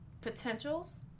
potentials